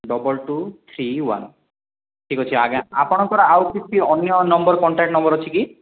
double two three one ଠିକ୍ ଅଛି ଆଜ୍ଞା ଆପଣଙ୍କର ଆଉ କିଛି ଅନ୍ୟ ନମ୍ବର୍ କଣ୍ଟାକ୍ଟ୍ ନମ୍ବର୍ ଅଛି କି